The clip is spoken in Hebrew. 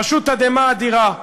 פשוט תדהמה אדירה.